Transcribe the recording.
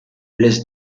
laisse